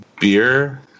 beer